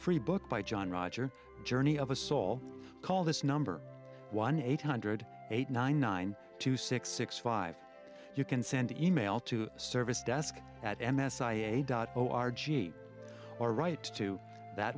free book by john roger journey of a soul call this number one eight hundred eight nine nine two six six five you can send e mail to service desk at m s i e dot au r g r right to that